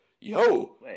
yo